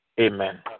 Amen